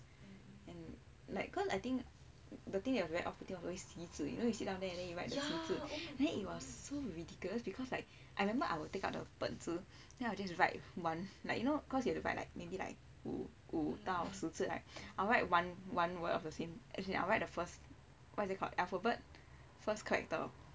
like cause I think the thing that was very offputting was always 习字 you know you sit down there and you write the 习字 then it was so ridiculous because like I remember I will take out the 本子 then I will just write one like you know cause you have to write like maybe like 五到十字 right I will write one word of the same as in I'll write the first what's it called alphabet first character